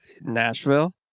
Nashville